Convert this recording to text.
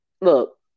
Look